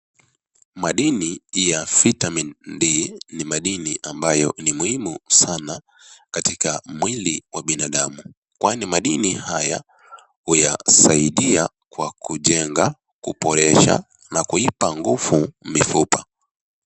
Madini ya Vitamin D ni madini ambayo ni muhimu sana katika mwili wa binadamu kwani madini haya huyasaidia kwa kujenga, kuboresha na kuipa nguvu mifupa.